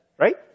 right